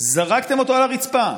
זרקתם אותו על הרצפה,